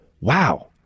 wow